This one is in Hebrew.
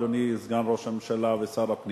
אדוני סגן ראש הממשלה ושר הפנים